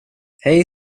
hej